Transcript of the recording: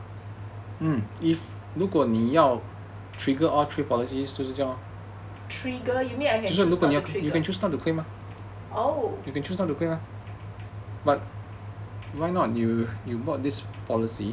trigger you mean I oh